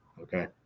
Okay